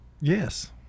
yes